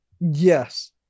Yes